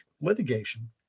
litigation